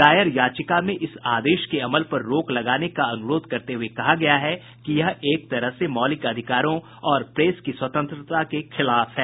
दायर याचिका में इस आदेश के अमल पर रोक लगाने का अनुरोध करते हुए कहा गया है कि यह एक तरह से मौलिक अधिकारों और प्रेस की स्वतंत्रता के खिलाफ है